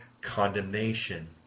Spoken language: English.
Condemnation